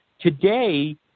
today